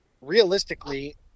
realistically